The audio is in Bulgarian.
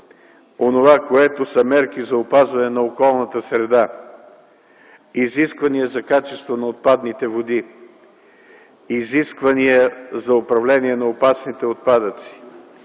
онова, което са мерки за опазване на околната среда, изисквания за качеството на отпадните води, изисквания за управление на опасните отпадъци,